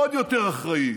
עוד יותר אחראית,